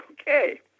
okay